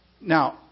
Now